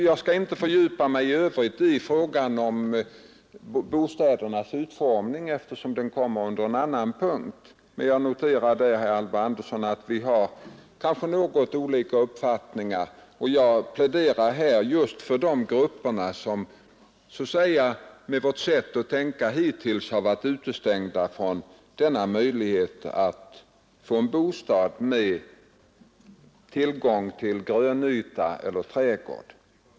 Jag skall inte i övrigt fördjupa mig i frågan om bostädernas utformning, eftersom den kommer upp under en annan punkt. Men jag noterar, herr Alvar Andersson, att vi kanske har något olika uppfattningar. Jag pläderar här just för de grupper som så att säga med vårt sätt att tänka hittills har varit utestängda från denna möjlighet att få en bostad med tillgång till grönyta eller trädgård.